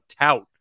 tout